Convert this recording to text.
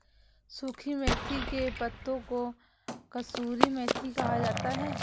सुखी मेथी के पत्तों को कसूरी मेथी कहा जाता है